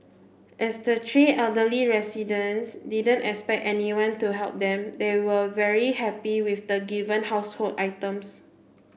as the three elderly residents didn't expect anyone to help them they were very happy with the given household items